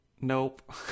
Nope